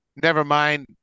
Nevermind